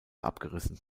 abgerissen